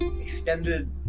extended